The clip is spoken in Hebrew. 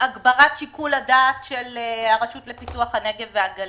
הגברת שיקול הדעת של הרשות לפיתוח הנגב והגליל,